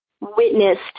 witnessed